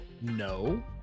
no